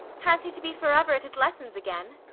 has he to be for ever at his lessons again?